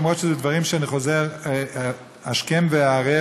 גם אם אלה דברים שאני חוזר השכם והערב,